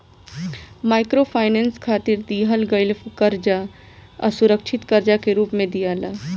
microfinance खातिर दिहल गईल कर्जा असुरक्षित कर्जा के रूप में दियाला